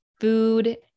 food